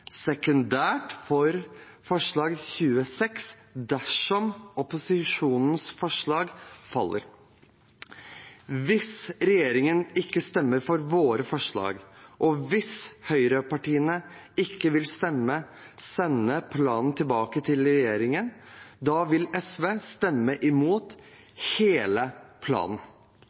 for forslag nr. 26, dersom opposisjonens forslag faller. Hvis regjeringen ikke stemmer for våre forslag, og hvis høyrepartiene ikke vil stemme for å sende planen tilbake til regjeringen, vil SV stemme imot hele planen.